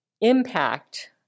impact